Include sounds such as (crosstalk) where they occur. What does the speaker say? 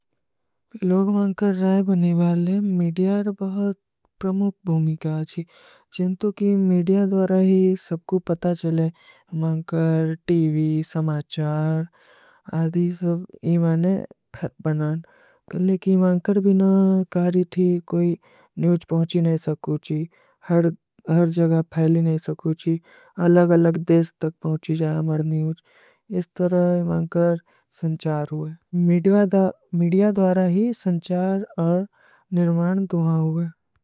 ଲୋଗ ମାଂକର ରୈବ ହୋନେ ବାଲେ, ମୀଡିଯାର ବହୁତ ପ୍ରମୋଗ ଭୁମିକା ହୈ। ଚେନ୍ଟୋ କୀ ମୀଡିଯା ଦ୍ଵାରା ହୀ ସବକୂ ପତା ଚଲେ, ମାଂକର, ଟୀଵୀ, ସମାଚାର, ଆଧୀ ସବ ଇମାନେ ଫୈକ (hesitation) ବନାନ। କଲେ କୀ ମାଂକର ବିନା କାରୀ ଥୀ, କୋଈ ନିଉଚ ପହୁଁଚୀ ନହୀଂ ସକୂଚୀ, (hesitation) ହର ଜଗହ ଫୈଲୀ ନହୀଂ ସକୂଚୀ, ଅଲଗ-ଅଲଗ ଦେଶ ତକ ପହୁଁଚୀ, ଜହାଂ ମର ନିଉଚ, ଇସ ତରହ ମାଂକର ସଂଚାର ହୁଏ। (hesitation) ମୀଡିଯା ଦ୍ଵାରା ହୀ ସଂଚାର ଔର ନିର୍ମାନ ଦୁହା ହୁଏ।